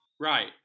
Right